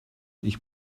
ich